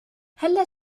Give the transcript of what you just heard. هلّا